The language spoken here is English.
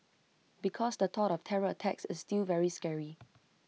because the thought of terror attacks is still very scary